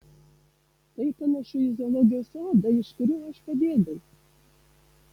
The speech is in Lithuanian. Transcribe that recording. tai panašu į zoologijos sodą iš kurio aš pabėgau